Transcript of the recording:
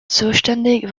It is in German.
zuständig